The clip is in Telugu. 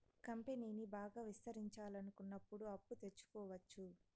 కంపెనీని బాగా విస్తరించాలనుకున్నప్పుడు అప్పు తెచ్చుకోవచ్చు